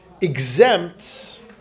exempts